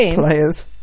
players